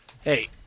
hey